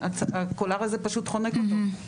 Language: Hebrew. והקולר הזה פשוט חונק אותו.